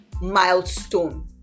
milestone